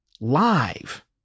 live